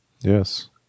Yes